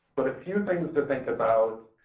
but a few things to think about